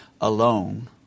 alone